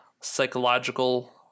psychological